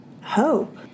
hope